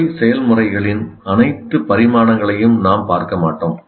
மூளை செயல்முறைகளின் அனைத்து பரிமாணங்களையும் நாம் பார்க்க மாட்டோம்